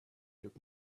took